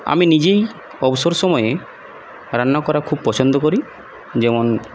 আমি নিজেই অবসর সময়ে রান্না করা খুব পছন্দ করি যেমন